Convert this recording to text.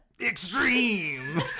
extreme